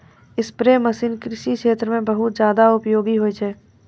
spray machine कृषि क्षेत्र म बहुत जादा उपयोगी होय छै